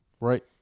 Right